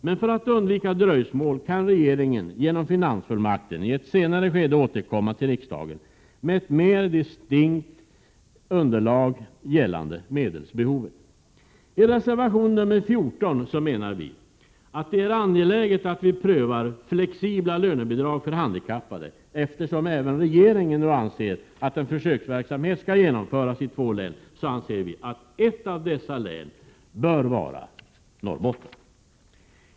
Men för att undvika dröjsmål kan regeringen genom finansfullmakten i ett senare skede återkomma till riksdagen med ett mer distinkt underlag gällande medelsbehovet. I reservation 14 menar vi att det är angeläget att pröva flexibla lönebidrag för handikappade. Eftersom även regeringen nu anser att en försöksverksamhet skall genomföras i två län, menar vi att ett av dessa län bör vara Norrbotten.